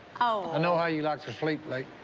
oh. i know how you like to sleep late.